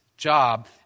job